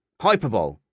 Hyperbole